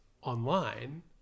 online